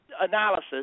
analysis